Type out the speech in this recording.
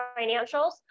financials